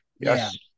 Yes